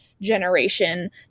generation